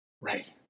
Right